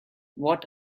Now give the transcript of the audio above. what